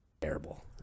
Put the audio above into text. Terrible